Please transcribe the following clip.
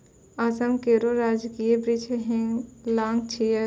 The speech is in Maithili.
असम केरो राजकीय वृक्ष होलांग छिकै